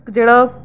जेह्ड़ा